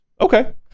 Okay